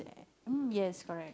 (um)yes correct